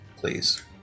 please